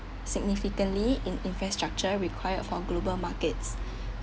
significantly in infrastructure required for global markets